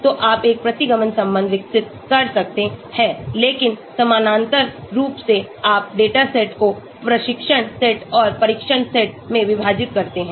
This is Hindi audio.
तो आप एक प्रतिगमन संबंध विकसित करते हैं लेकिन समानांतर रूप से आप डेटा सेट को प्रशिक्षण सेट और परीक्षण सेट में विभाजित करते हैं